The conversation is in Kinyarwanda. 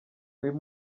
uyu